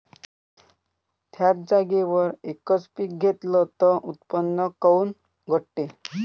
थ्याच जागेवर यकच पीक घेतलं त उत्पन्न काऊन घटते?